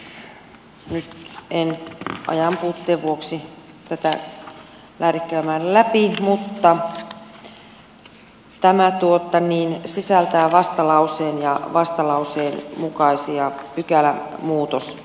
nyt en ajanpuutteen vuoksi tätä lähde käymään läpi mutta tämä sisältää vastalauseen ja vastalauseen mukaisia pykälämuutosesityksiä